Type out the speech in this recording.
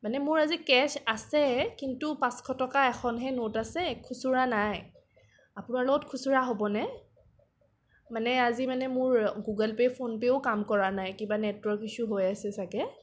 মানে মোৰ আজি কেচ আছে কিন্তু পাঁচশ টকা এখনহে নোট আছে খুচুৰা নাই আপোনাৰ লগত খুচুৰা হ'ব নে মানে আজি মানে মোৰ গুগল পে' ফোন পে'ও কাম কৰা নাই কিবা নেটৱৰ্ক ইছ্য়ু হৈ আছে চাগে